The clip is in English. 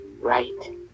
right